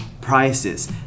prices